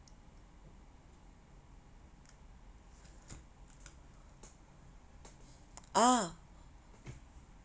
ah